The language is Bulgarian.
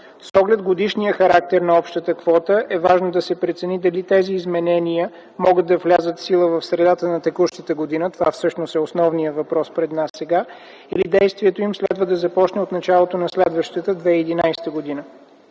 С оглед годишния характер на общата квота е важно да се прецени дали тези изменения могат да влязат в сила в средата на текущата година, това всъщност е основният въпрос пред нас сега, или действието им следва да започне от началото на следващата 2011 г.